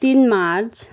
तिन मार्च